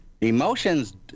Emotions